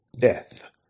death